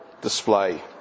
display